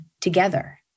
together